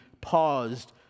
paused